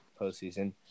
postseason